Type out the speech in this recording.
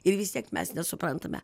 ir vis tiek mes nesuprantame